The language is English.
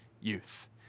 youth